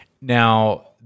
Now